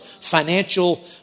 financial